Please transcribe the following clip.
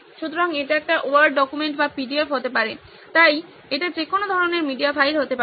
সুতরাং এটি একটি ওয়ার্ড ডকুমেন্ট বা পিডিএফ হতে পারে তাই এটি যেকোনো ধরনের মিডিয়া ফাইল হতে পারে